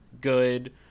good